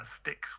Sticks